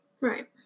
Right